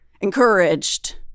encouraged